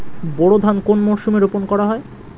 বোরো ধান কোন মরশুমে রোপণ করা হয়?